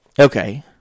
Okay